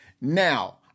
Now